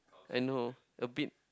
I know a bit